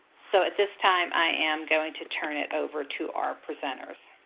so at this time, i am going to turn it over to our presenters.